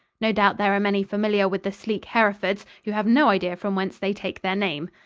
no doubt there are many familiar with the sleek herefords who have no idea from whence they take their name.